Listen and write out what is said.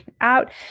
out